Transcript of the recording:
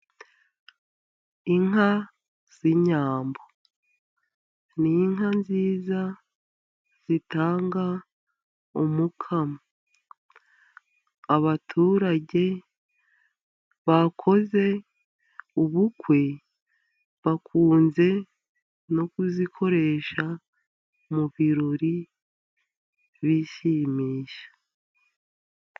Inka z'inyambo, ni inka nziza zitanga umuko. Abaturage bakoze ubukwe, bakunze no kuzikoresha mu birori bishimisha.